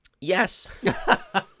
Yes